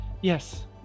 Yes